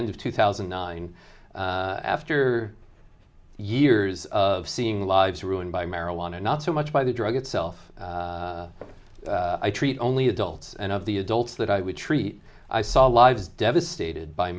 end of two thousand and nine after years of seeing lives ruined by marijuana not so much by the drug itself i treat only adults and of the adults that i would treat i saw lives devastated by